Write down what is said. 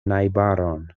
najbaron